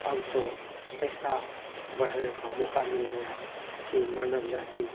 और तो ऐसे बढ़ने का मोक़ा मिल गया कि मानव जाती